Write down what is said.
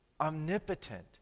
omnipotent